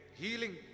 healing